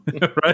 Right